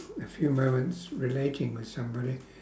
a few moments relating with somebody